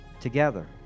Together